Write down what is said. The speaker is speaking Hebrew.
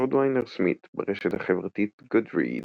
קורדוויינר סמית, ברשת החברתית Goodreads